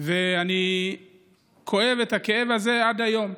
ואני כואב את הכאב הזה עד היום.